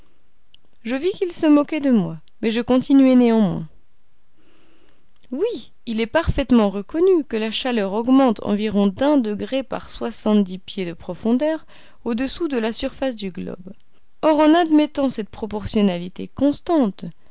je vis qu'il se moquait de moi mais je continuai néanmoins oui il est parfaitement reconnu que la chaleur augmente environ d'un degré par soixante-dix pieds de profondeur au-dessous de la surface du globe or en admettant cette proportionnalité constante